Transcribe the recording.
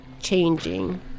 changing